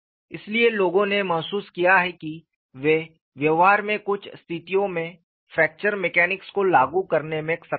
इसलिए लोगों ने महसूस किया कि वे व्यवहार में कुछ स्थितियों में फ्रैक्चर मैकेनिक्स को लागू करने में सक्षम हैं